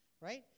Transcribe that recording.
Right